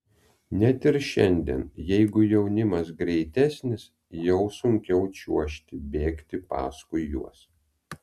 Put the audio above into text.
net ir šiandien jeigu jaunimas greitesnis jau sunkiau čiuožti bėgti paskui juos